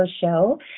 show